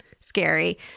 scary